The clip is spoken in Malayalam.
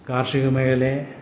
കാർഷികമേഖലയെ